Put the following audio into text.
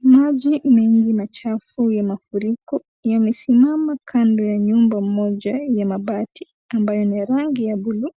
Maji mengi machafu ya mafuriko yamesimama kando ya nyumba moja yenye mabati ambayo ni ya rangi ya bulu